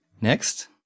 Next